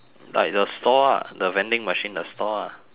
like the store ah the vending machine the store ah